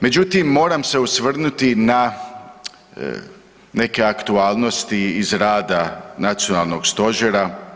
Međutim, moram se osvrnuti na neke aktualnosti iz rada Nacionalnog stožera.